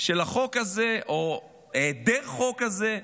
של החוק הזה, או היעדר חוק הזה,